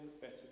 better